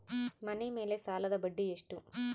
ಮನೆ ಮೇಲೆ ಸಾಲದ ಬಡ್ಡಿ ಎಷ್ಟು?